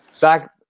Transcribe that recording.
Back